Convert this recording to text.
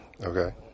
Okay